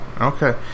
Okay